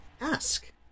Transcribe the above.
ask